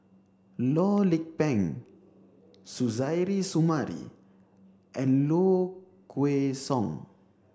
Loh Lik Peng Suzairhe Sumari and Low Kway Song